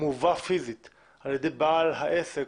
מובאת פיזית על ידי בעל העסק,